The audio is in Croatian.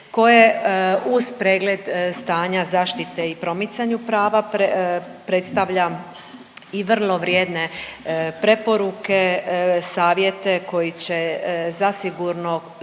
koje uz pregled stanja zaštite i promicanju prava predstavlja i vrlo vrijedne preporuke, savjete koje će zasigurno